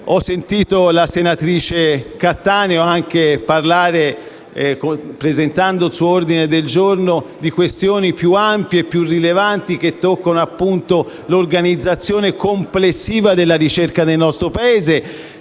questo. La senatrice Cattaneo, presentando il suo ordine del giorno, ha parlato di questioni più ampie e rilevanti, che toccano l'organizzazione complessiva della ricerca nel nostro Paese.